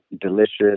delicious